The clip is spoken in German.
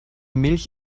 milch